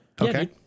Okay